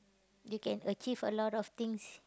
you can achieve a lot of things